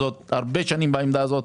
הרבה שנים אני בעמדה הזו.